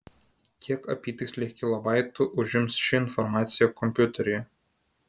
kiek apytiksliai kilobaitų užims ši informacija kompiuteryje